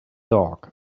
dog